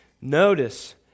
Notice